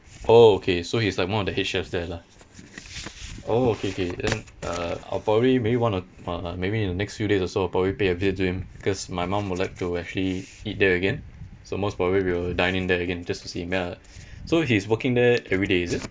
oh okay so he's like one of the head chefs there lah oh okay okay then uh I'll probably maybe one of uh uh maybe in the next few days also I probably pay a visit to him because my mom would like to actually eat there again so most probably we'll dine in there again just to see him ya so he's working there every day is it